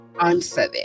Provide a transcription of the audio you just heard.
answer